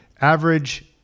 average